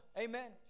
amen